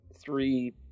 three